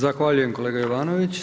Zahvaljujem kolega Jovanović.